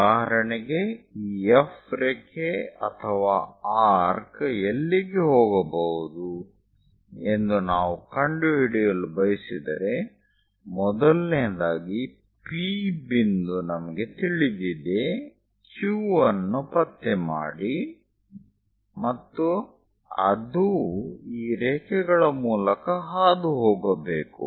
ಉದಾಹರಣೆಗೆ ಈ F ರೇಖೆ ಅಥವಾ ಆರ್ಕ್ ಎಲ್ಲಿಗೆ ಹೋಗಬಹುದು ಎಂದು ನಾವು ಕಂಡುಹಿಡಿಯಲು ಬಯಸಿದರೆ ಮೊದಲನೆಯದಾಗಿ P ಬಿಂದು ನಮಗೆ ತಿಳಿದಿದೆ Q ಅನ್ನು ಪತ್ತೆ ಮಾಡಿ ಮತ್ತು ಅದು ಈ ರೇಖೆಗಳ ಮೂಲಕ ಹಾದುಹೋಗಬೇಕು